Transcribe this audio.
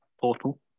portal